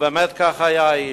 ובאמת כך היה האיש.